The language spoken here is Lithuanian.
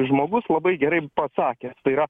žmogus labai gerai pasakė tai yra